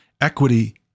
Equity